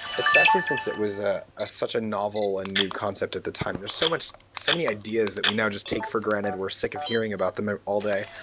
especially since it was ah ah such a novel and new concept at the time. there's so so many ideas that we now just take for granted. we're sick of hearing about them all day,